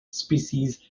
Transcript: species